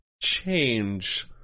change